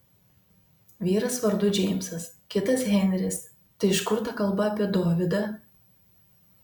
vyras vardu džeimsas kitas henris tai iš kur ta kalba apie dovydą